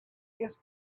its